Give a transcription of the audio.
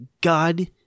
God